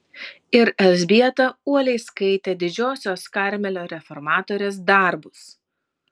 ir elzbieta uoliai skaitė didžiosios karmelio reformatorės darbus